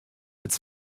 its